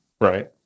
right